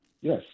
Yes